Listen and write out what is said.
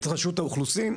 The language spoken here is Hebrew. את רשות האוכלוסין?